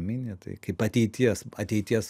mini tai kaip ateities ateities